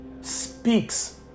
speaks